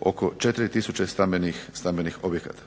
oko 4000 stambenih objekata.